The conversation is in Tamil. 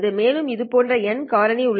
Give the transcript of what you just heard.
மேலும் இதுபோன்ற N காரணி உள்ளன